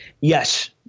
Yes